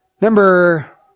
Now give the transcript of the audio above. Number